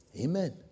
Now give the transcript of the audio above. Amen